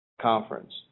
conference